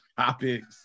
topics